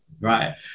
Right